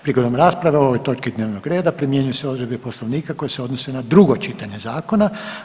Prigodom rasprave o ovoj točki dnevnog reda primjenjuju se odredbe Poslovnika koje se odnose na drugo čitanje zakona.